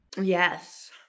Yes